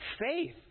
faith